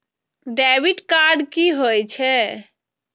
Debit card की होय छेय?